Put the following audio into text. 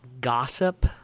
gossip